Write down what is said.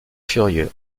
furieux